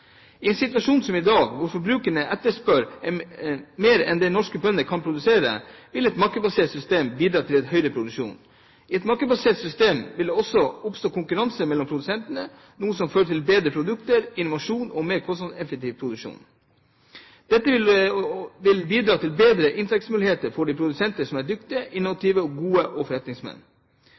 I en situasjon som i dag, hvor forbrukerne etterspør mer enn norske bønder kan produsere, vil et markedsbasert system bidra til en høyere produksjon. I et markedsbasert system vil det også oppstå konkurranse mellom produsentene, noe som fører til bedre produkter, innovasjon og mer kostnadseffektiv produksjon. Dette vil bidra til bedre inntektsmuligheter for de produsenter som er dyktige, innovative og gode forretningsmenn. Fremskrittspartiet vil påpeke at markedsbaserte systemer fungerer i alle andre markeder, og